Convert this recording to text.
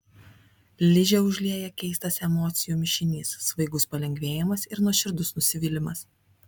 ližę užlieja keistas emocijų mišinys svaigus palengvėjimas ir nuoširdus nusivylimas